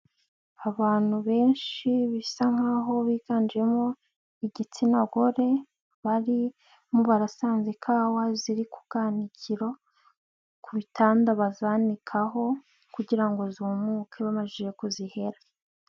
Abantu benshi bisa nk'aho biganjemo igitsina gore, barimo barasanze ikawa ziri ku bwanaikiro ku bitanda bazanikaho, kugira ngo zumuke bamajije kuzihera.